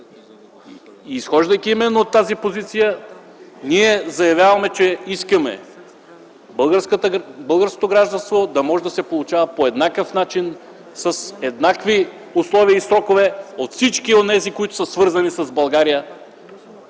Изхождайки именно от тази позиция, ние заявяваме, че искаме българското гражданство да може да се получава по еднакъв начин, при еднакви условия и срокове от всички онези, които по някакъв начин